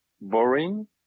boring